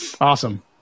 Awesome